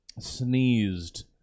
sneezed